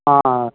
ஆ ஆ